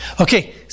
Okay